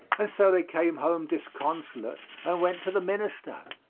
and so they came home disconsolate and went to the minister.